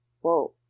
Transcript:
whoa